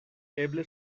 eble